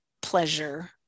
pleasure